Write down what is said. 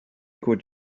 could